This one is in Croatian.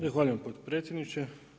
Zahvaljujem potpredsjedniče.